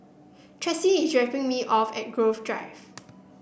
Tressie is dropping me off at Grove Drive